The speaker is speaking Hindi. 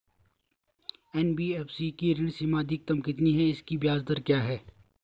एन.बी.एफ.सी की ऋण सीमा अधिकतम कितनी है इसकी ब्याज दर क्या है?